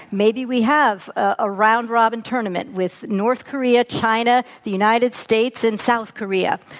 maybe we have a round robin tournament with north korea, china, the united states, and south korea